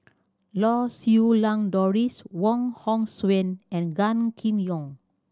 Lau Siew Lang Doris Wong Hong Suen and Gan Kim Yong